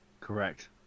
Correct